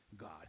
God